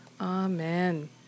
Amen